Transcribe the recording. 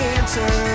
answer